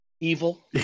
evil